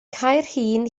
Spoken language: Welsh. caerhun